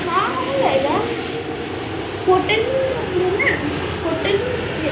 हाँ हो जाएगा होटल में ही रहेंगे न होटल में ही रहेंगे